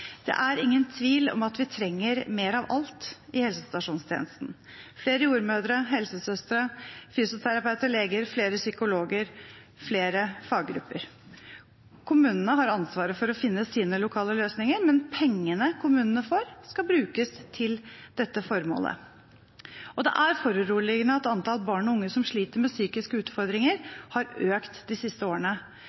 Det er ingen tvil om at vi trenger mer av alt i helsestasjonstjenesten – flere jordmødre, helsesøstre, fysioterapeuter, leger, psykologer og faggrupper. Kommunene har ansvaret for å finne sine lokale løsninger, men pengene kommunene får, skal brukes til dette formålet. Det er foruroligende at antall barn og unge som sliter med psykiske utfordringer, har økt de siste årene.